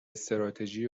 استراتژی